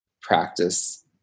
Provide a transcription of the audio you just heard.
practice